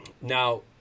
now